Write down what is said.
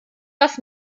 das